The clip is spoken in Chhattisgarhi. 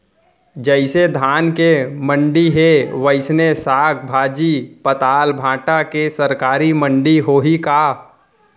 जइसे धान के मंडी हे, वइसने साग, भाजी, पताल, भाटा के सरकारी मंडी होही का?